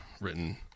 written